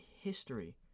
history